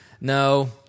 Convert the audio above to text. No